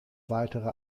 weitere